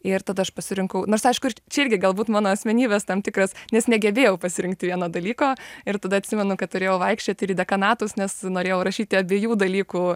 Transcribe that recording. ir tad aš pasirinkau nors aišku čia irgi galbūt mano asmenybės tam tikras nes negebėjau pasirinkti vieno dalyko ir tada atsimenu kad turėjau vaikščioti ir į dekanatus nes norėjau rašyti abiejų dalykų